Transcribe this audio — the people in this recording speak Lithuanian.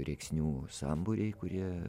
rėksnių sambūriai kurie